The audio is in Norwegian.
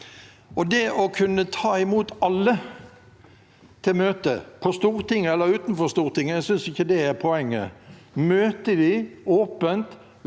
Det å kunne ta imot alle til et møte – på Stortinget eller utenfor Stortinget, jeg synes ikke det er poenget – og møte dem åpent,